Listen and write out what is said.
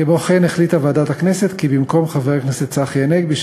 כמו כן החליטה ועדת הכנסת כי במקום חבר הכנסת צחי הנגבי,